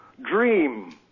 Dream